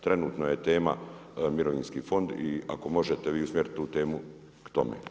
Trenutno je tema mirovinski fond i ako možete vi usmjeriti tu temu k tome.